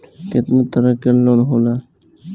केतना तरह के लोन होला?